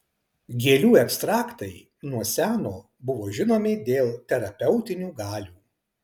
gėlių ekstraktai nuo seno buvo žinomi dėl terapeutinių galių